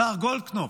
השר גולדקנופ,